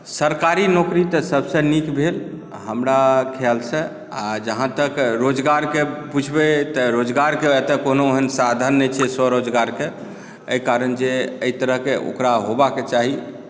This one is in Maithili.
सरकारी नौकरी तऽ सभसँ नीक भेल हमरा खयालसँ आ जहाँ तक रोजगारके पुछबै तऽ रोजगारके तऽ कोनो एहन साधन नहि छै स्वरोजगारके एहि कारण जे एहि तरहके ओकरा होयबाक चाही